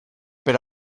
per